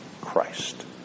Christ